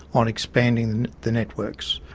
on expanding the networks.